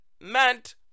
meant